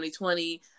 2020